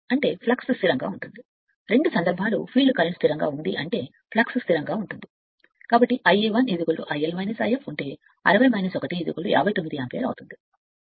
అంటే ఫ్లక్స్ స్థిరంగా ఉంటాయి రెండు సందర్భాలు ఫీల్డ్ కరెంట్ స్థిరాంకం అంటే ఫ్లక్స్ స్థిరంగా ఉంటుంది కాబట్టి Ia 1 IL If అవుతుంది ఉంటే 59 యాంపియర్ 60 1